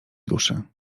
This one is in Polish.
duszy